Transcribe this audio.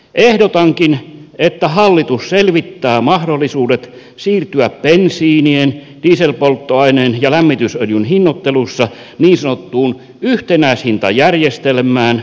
ehdotankin että hallitus selvittää mahdollisuudet siirtyä bensiinien dieselpolttoaineen ja lämmitysöljyn hinnoittelussa niin sanottuun yhtenäishintajärjestelmään